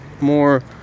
more